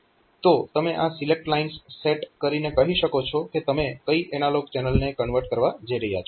તો તમે આ સિલેક્ટ લાઇન્સ સેટ કરીને કહી શકો છો કે તમે કઈ એનાલોગ ચેનલને કન્વર્ટ કરવા જઈ રહ્યા છો